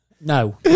No